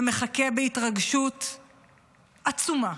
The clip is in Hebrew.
ומחכה בהתרגשות עצומה